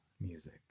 music